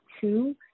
two